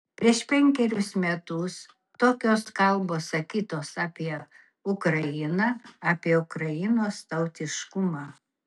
prieš penkerius metus tokios kalbos sakytos apie ukrainą apie ukrainos tautiškumą